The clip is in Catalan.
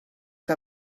que